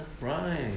Right